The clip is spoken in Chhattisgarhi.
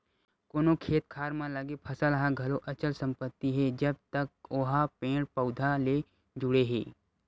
कोनो खेत खार म लगे फसल ह घलो अचल संपत्ति हे जब तक ओहा पेड़ पउधा ले जुड़े हे